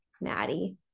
Maddie